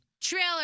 Trailer